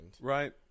Right